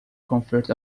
conferred